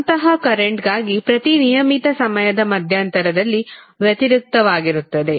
ಅಂತಹ ಕರೆಂಟ್ ಪ್ರತಿ ನಿಯಮಿತ ಸಮಯದ ಮಧ್ಯಂತರದಲ್ಲಿ ವ್ಯತಿರಿಕ್ತವಾಗಿರುತ್ತದೆ